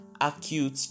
acute